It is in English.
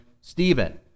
Stephen